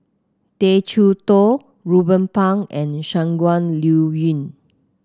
Tay Chee Toh Ruben Pang and Shangguan Liuyun